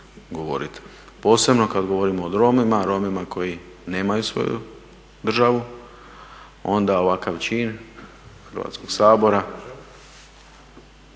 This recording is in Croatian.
posebno kad govorimo o Romima, Romima koji nemaju svoju državu onda ovakav čin Hrvatskog sabora